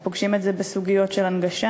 אנחנו פוגשים את זה בסוגיות של הנגשה,